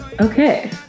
okay